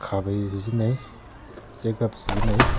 ꯈꯥꯕꯩ ꯁꯤꯖꯤꯟꯅꯩ ꯆꯦꯒꯞ ꯁꯤꯖꯤꯟꯅꯩ